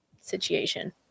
situation